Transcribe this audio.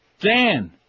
Dan